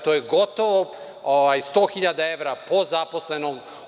To je gotovo 100.000 evra po zaposlenom.